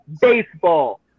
baseball